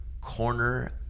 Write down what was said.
corner